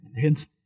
hence